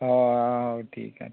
ᱦᱳᱭ ᱴᱷᱤᱠᱟ ᱴᱷᱤᱠᱟ